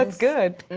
that's good.